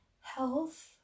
Health